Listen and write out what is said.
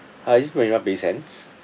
hi this is marina bay sands